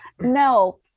no